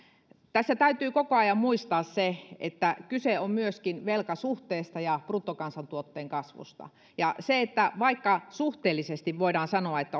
tässä täytyy koko ajan muistaa että kyse on myöskin velkasuhteesta ja bruttokansantuotteen kasvusta ja että vaikka suhteellisesti voidaan sanoa että